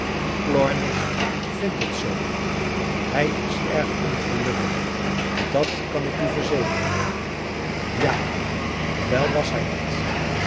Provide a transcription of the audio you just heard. plornish vindt het zoo hij is erg ongelukkig dat kan ik u verzekeren ja wel was hij dat